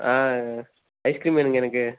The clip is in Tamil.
ஆ ஐஸ்க்ரீம் வேணுங்க எனக்கு